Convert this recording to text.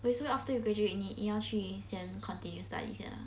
but so after you graduate 你你要去 sem continue study sia